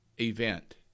event